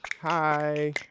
Hi